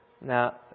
Now